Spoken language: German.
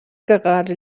gerade